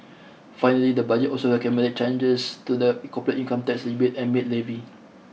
finally the budget also recommended changes to the corporate income tax rebate and maid levy